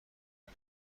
فرد